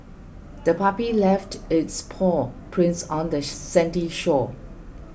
the puppy left its paw prints on the sandy shore